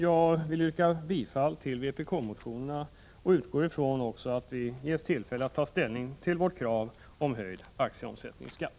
Jag vill yrka bifall till vpk-motionerna. Jag utgår också från att det ges tillfälle att ta ställning till våra krav på höjd aktieomsättningsskatt.